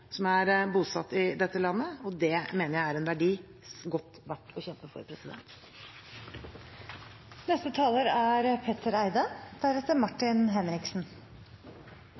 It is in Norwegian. som er bosatt i dette landet. Det mener jeg er en verdi det er verdt å kjempe for.